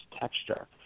texture